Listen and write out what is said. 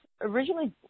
originally